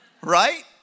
Right